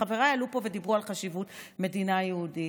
חבריי עלו פה ודיברו על חשיבות מדינה יהודית,